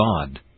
God